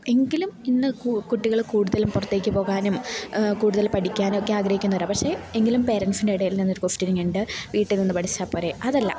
എങ്കിലും ഇന്ന് കുട്ടികള് കൂടുതലും പുറത്തേക്ക് പോകാനും കൂടുതൽ പഠിക്കാനുമൊക്കെ ആഗ്രഹിക്കുന്നവരാണ് പക്ഷേ എങ്കിലും പേരൻറ്റ്സിൻ്റെയിടയിൽ നിന്നൊരു കൊസ്റ്റെയ്നിങ് ഉണ്ട് വീട്ടിൽ നിന്ന് പഠിച്ചാല് പോരെ അതല്ല